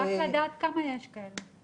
רק לדעת כמה יש כאלה.